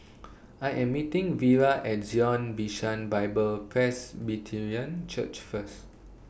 I Am meeting Vira At Zion Bishan Bible Presbyterian Church First